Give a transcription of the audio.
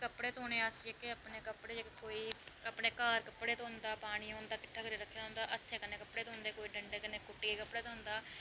कपड़े धोने आस्तै जेह्के अपने कपड़े जेह्के कोई अपने घर कपड़े धोंदा पानी औंदा किट्टा करियै रक्खे दा होंदा हत्थें कन्नै कपड़े धोंदे कोई डंडे कन्नै